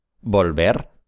Volver